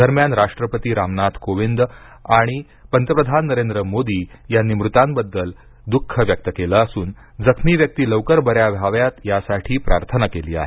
दरम्यान राष्ट्रपती रामनाथ कोविंद आणि पंतप्रधान नरेंद्र मोदी यांनी मृतांबद्दल द्ःख व्यक्त केलं असून जखमी व्यक्ति लवकर बऱ्या व्हाव्यात यासाठी प्रार्थना केली आहे